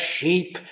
sheep